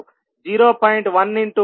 10